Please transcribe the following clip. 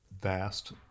vast